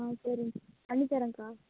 ஆ சரி பண்ணித் தரேன்க்கா